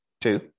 two